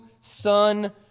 son